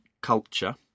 culture